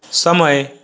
समय